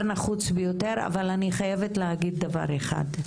נחוץ ביותר אבל אני חייבת להגיד דבר אחד,